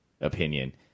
opinion